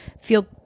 feel